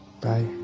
Bye